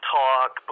talk